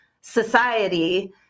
society